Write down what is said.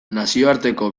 nazioarteko